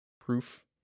proof